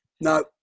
no